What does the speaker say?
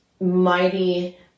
mighty